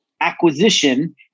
acquisition